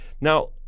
Now